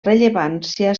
rellevància